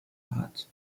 hart